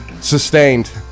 Sustained